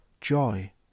joy